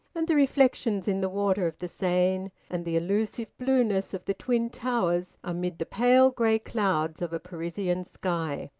and the reflections in the water of the seine, and the elusive blueness of the twin towers amid the pale grey clouds of a parisian sky.